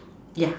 yeah